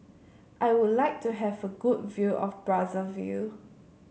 I would like to have a good view of Brazzaville